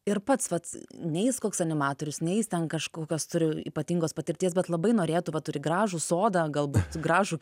ir pats vat nei jis koks animatorius nei jis ten kažkokios turi ypatingos patirties bet labai norėtų va turi gražų sodą galbūt gražų